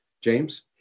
James